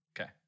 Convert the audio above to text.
Okay